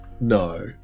no